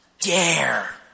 dare